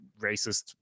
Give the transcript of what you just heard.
racist